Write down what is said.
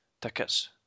tickets